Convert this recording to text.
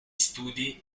studi